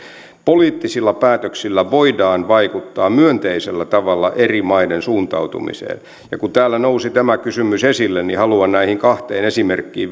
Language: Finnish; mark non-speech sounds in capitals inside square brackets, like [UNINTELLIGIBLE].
poliittisilla päätöksillä voidaan vaikuttaa myönteisellä tavalla eri maiden suuntautumiseen ja kun täällä nousi tämä kysymys esille niin haluan viitata näihin kahteen esimerkkiin [UNINTELLIGIBLE]